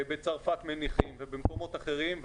בצרפת מניחים וגם במקומות אחרים.